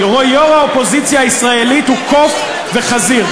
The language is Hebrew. יו"ר האופוזיציה הישראלית, הוא קוף וחזיר.